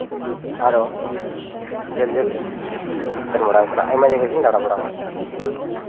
ᱟᱨᱚ ᱡᱷᱟᱹᱞ ᱡᱷᱟᱹᱞ ᱛᱤᱧ ᱥᱮᱱ ᱵᱟᱲᱟᱣ ᱠᱟᱱᱟ ᱟᱭᱢᱟ ᱡᱟᱭᱜᱟ ᱜᱤᱧ ᱫᱟᱬᱟ ᱵᱟᱲᱟᱣ ᱠᱟᱫᱟ